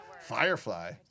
Firefly